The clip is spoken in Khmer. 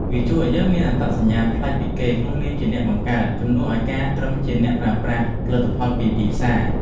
វាជួយឱ្យយើងមានអត្តសញ្ញាណប្លែកពីគេក្នុងនាមជា អ្នកបង្កើត ជំនួសឱ្យការត្រឹមតែជា អ្នកប្រើប្រាស់ ផលិតផលពីទីផ្សារ។